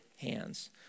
hands